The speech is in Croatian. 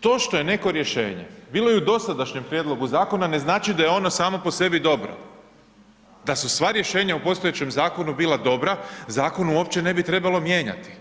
to što je neko rješenje, bilo je i u dosadašnjem prijedlogu zakona, ne znači da je ono samo po sebi dobro, da su sva rješenja u postojećem zakonu bila dobra, zakon uopće ne bi trebalo mijenjati.